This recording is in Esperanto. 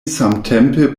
samtempe